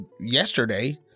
yesterday